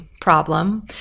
problem